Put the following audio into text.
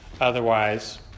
Otherwise